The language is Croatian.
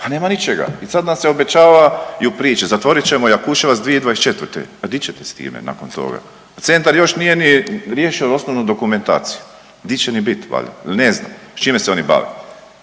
a nema ničega. I sad nam se obećava i u priči zatvorit ćemo Jakuševac 2024., a di ćete s time nakon toga, centar još nije ni riješio osnovnu dokumentaciju, di će ni bit valjda ili ne znam s čime se oni bave.